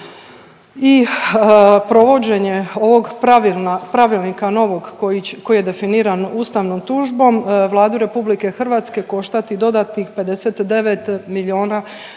i provođenje ovog pravilnika novog koji je definiran ustavnom tužbom Vladu Republike Hrvatske koštati dodatnih 59 milijuna eura.